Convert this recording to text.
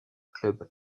club